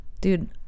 Dude